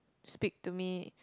speak to me